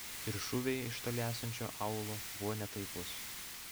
ir šūviai iš toli esančio aūlo buvo netaiklūs